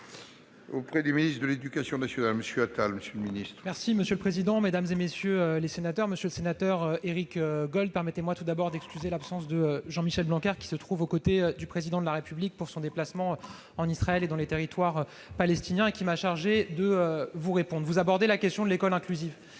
auprès du ministre de l'éducation nationale et de la jeunesse. Monsieur le président, mesdames, messieurs les sénateurs, monsieur le sénateur Éric Gold, permettez-moi tout d'abord d'excuser l'absence de Jean-Michel Blanquer, qui se trouve aux côtés du Président de la République, en déplacement en Israël et dans les territoires palestiniens, et qui m'a chargé de vous répondre. Vous abordez la question de l'école inclusive,